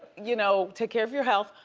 you know, take care of your health.